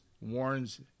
warns